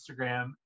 Instagram